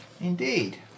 Indeed